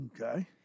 Okay